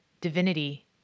divinity